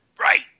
Right